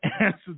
answer